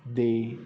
ਦੇ